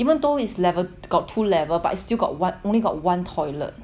even though it's level got two level but it still got what only got one toilet